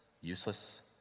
useless